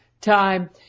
time